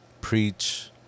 preach